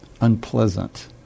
unpleasant